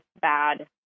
bad